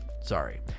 Sorry